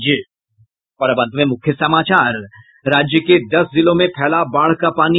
और अब अंत में मुख्य समाचार राज्य के दस जिलों में फैला बाढ़ का पानी